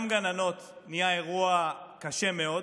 גם גננות נהיה אירוע קשה מאוד.